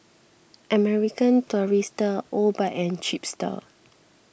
American Tourister Obike and Chipster